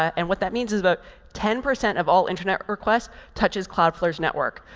and what that means is about ten percent of all internet requests touches cloudflare's network.